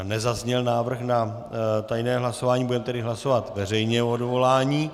Nezazněl návrh na tajné hlasování, budeme tedy hlasovat veřejně o odvolání.